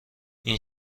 این